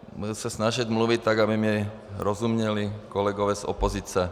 Budu se snažit mluvit tak, aby mi rozuměli kolegové z opozice.